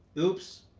oops,